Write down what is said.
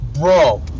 bro